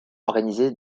organisé